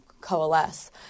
coalesce